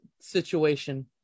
situation